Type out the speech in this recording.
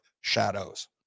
shadows